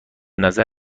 نظر